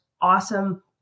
awesome